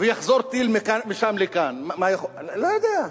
ויחזור טיל משם לכאן, אני לא יודע.